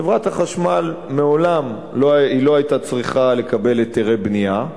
חברת החשמל מעולם לא היתה צריכה לקבל היתרי בנייה.